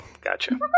gotcha